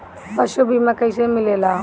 पशु बीमा कैसे मिलेला?